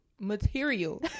material